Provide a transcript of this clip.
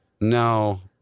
no